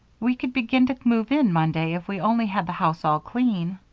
we could begin to move in monday if we only had the house all clean.